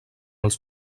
els